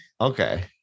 Okay